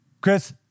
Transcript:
Chris